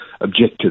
objectives